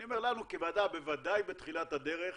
אני אומר שלנו כוועדה, בוודאי בתחילת הדרך,